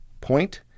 point